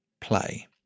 play